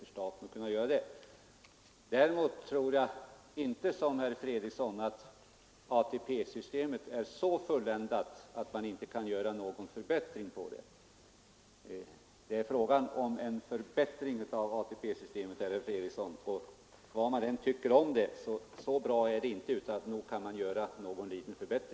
Vad man än tycker om ATP-systemet, herr Fredriksson, så fulländat är det inte att man inte kan göra någon liten förbättring av det. Det är just det som det är fråga om här.